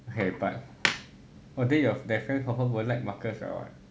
okay but then your that friend confirm won't like marcus liao what